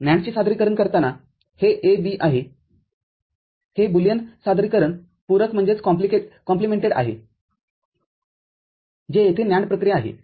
NAND चे सादरीकरण करताना हे A B आहे हे बुलियन सादरीकरण पूरक आहे जे येथे NAND प्रक्रिया आहे